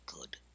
good